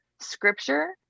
scripture